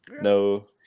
No